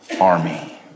army